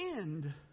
end